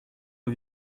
aux